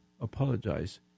apologize